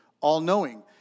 all-knowing